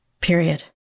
period